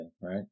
right